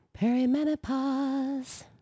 perimenopause